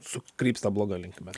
sukrypsta bloga linkme